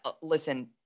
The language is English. listen